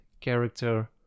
character